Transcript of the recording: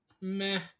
meh